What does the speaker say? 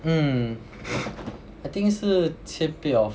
hmm I think 是千倍 of